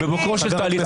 בבוקרו של תהליך?